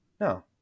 No